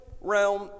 realm